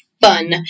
Fun